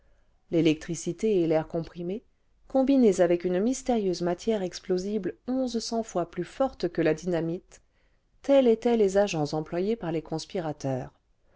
l'électricité et l'air comprimé combinés avec une mystérieuse matière explosible onze cents fois plus forte que la dynamite tels étaient les agents employés par les conspirateurs